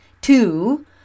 Two